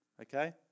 Okay